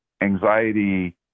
anxiety